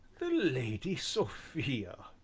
the lady sophia!